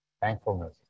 thankfulness